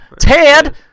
Tad